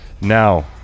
Now